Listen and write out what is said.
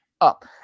up